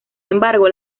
embargo